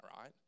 right